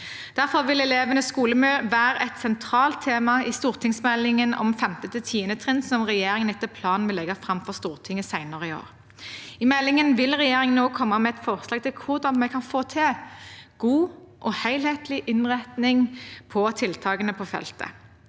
Derfor vil elevenes skolemiljø være et sentralt tema i stortingsmeldingen om 5.–10. trinn, som regjeringen etter planen vil legge fram for Stortinget senere i år. I meldingen vil regjeringen komme med et forslag til hvordan vi kan få til god og helhet lig innretning på tiltakene på feltet.